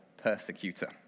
Persecutor